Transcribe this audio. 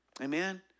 Amen